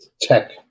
tech